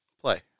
play